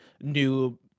new